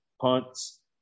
punts